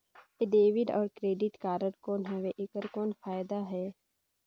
ये डेबिट अउ credit card कौन हवे एकर कौन फाइदा हे?